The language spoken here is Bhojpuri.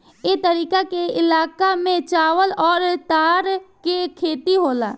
ए तरीका के इलाका में चावल अउर तार के खेती होला